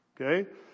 Okay